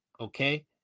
Okay